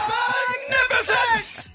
Magnificent